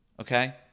Okay